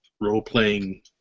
role-playing